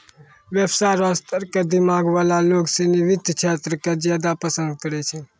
व्यवसाय र स्तर क दिमाग वाला लोग सिनी वित्त क्षेत्र क ज्यादा पसंद करै छै